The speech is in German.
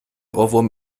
ohrwurm